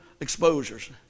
exposures